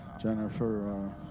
Jennifer